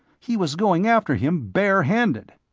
he was going after him bare-handed.